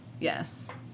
Yes